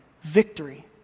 Victory